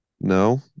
No